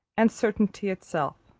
and certainty itself.